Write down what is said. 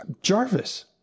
Jarvis